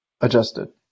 Adjusted